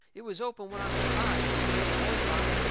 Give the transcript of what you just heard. it was open when i come by, if the door was locked.